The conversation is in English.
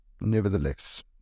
Nevertheless